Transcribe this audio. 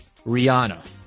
Rihanna